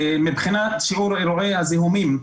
מבחינת שיעור אירועי הזיהומים,